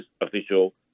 official